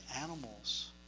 animals